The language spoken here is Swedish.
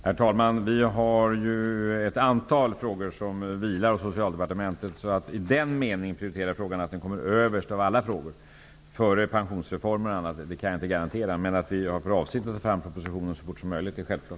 Herr talman! Jag tackar för det beskedet och hoppas att den uppgift som lämnats i propositionsförteckningen kommer att kunna infrias. Odell skulle infinna sig i kammaren för att lämna svar på frågor.